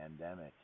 pandemic